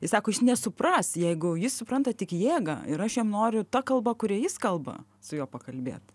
jis sako jis nesupras jeigu jis supranta tik jėgą ir aš jam noriu ta kalba kuria jis kalba su juo pakalbėt